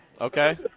Okay